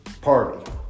Party